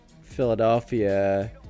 Philadelphia